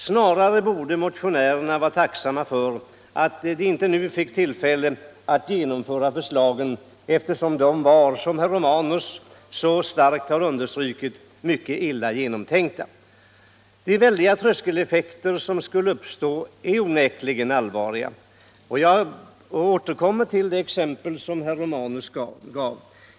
Snarare borde motionärerna vara tacksamma för att de inte nu fick tillfälle att genomföra förslagen, eftersom dessa — som herr Romanus så kraftigt understrukit — är mycket illa genomtänkta. De väldiga tröskeleffekter som skulle uppstå är onekligen allvarliga. Jag återkommer till det exempel som herr Romanus framförde.